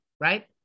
right